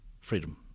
freedom